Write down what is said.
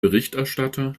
berichterstatter